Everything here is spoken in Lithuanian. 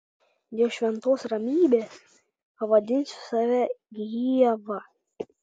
dėl šventos ramybės pavadinsiu save ieva